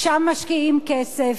שם משקיעים כסף.